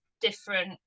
different